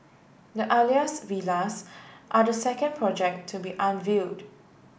the Alias Villas are the second project to be unveiled